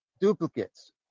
duplicates